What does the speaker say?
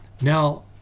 Now